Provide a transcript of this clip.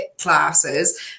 classes